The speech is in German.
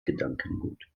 gedankengut